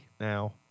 now